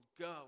Go